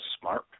smart